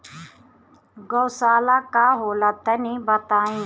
गौवशाला का होला तनी बताई?